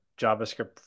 JavaScript